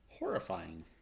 Horrifying